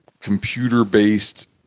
Computer-based